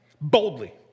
boldly